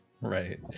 Right